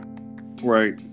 Right